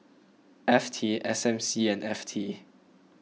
F T S M C and F T